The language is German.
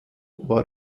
war